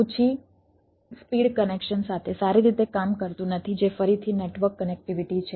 ઓછી speed connection સાથે સારી રીતે કામ કરતું નથી જે ફરીથી નેટવર્ક કનેક્ટિવિટી છે